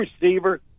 receiver